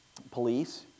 police